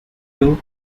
too